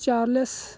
charles